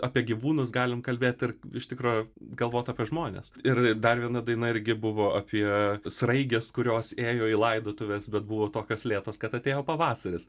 apie gyvūnus galim kalbėt ir iš tikro galvot apie žmones ir dar viena daina irgi buvo apie sraiges kurios ėjo į laidotuves bet buvo tokios lėtos kad atėjo pavasaris